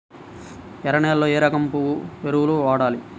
ఎర్ర నేలలో ఏ రకం ఎరువులు వాడాలి?